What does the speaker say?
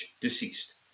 deceased